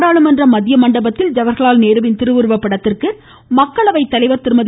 நாடாளுமன்ற மத்திய மண்டபத்தில் ஜவஹா்லால் நேருவின் திருவுருவப்படத்திற்கு மக்களவை தலைவர் திருமதி